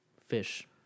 fish